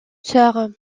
sœur